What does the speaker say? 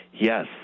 Yes